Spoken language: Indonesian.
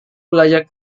belajar